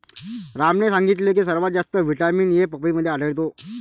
रामने सांगितले की सर्वात जास्त व्हिटॅमिन ए पपईमध्ये आढळतो